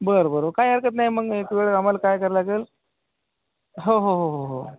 बरं बरं काही हरकत नाही मग एक वेळ आम्हाला काय करावं लागेल हो हो हो हो हो